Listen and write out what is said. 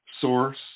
source